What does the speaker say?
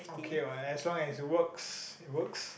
okay what as long as it works it works